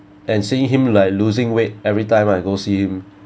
and seeing him like losing weight everytime I go see him